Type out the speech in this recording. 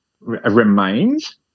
remains